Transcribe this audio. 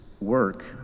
work